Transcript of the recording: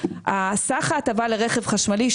סך ההטבה לרכב חשמלי,